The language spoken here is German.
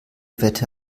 wette